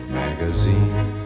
magazine